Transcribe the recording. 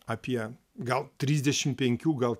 apie gal trisdešim penkių gal